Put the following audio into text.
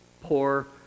poor